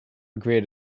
agree